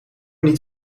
niet